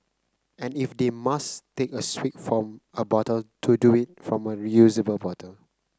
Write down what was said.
and if they must take a swig from a bottle to do it from a reusable bottle